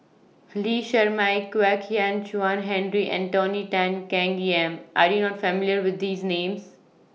Lee Shermay Kwek Hian Chuan Henry and Tony Tan Keng Yam Are YOU not familiar with These Names